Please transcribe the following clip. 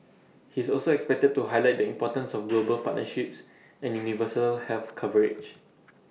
he is also expected to highlight the importance of global partnerships and universal health coverage